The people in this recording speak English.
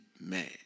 mad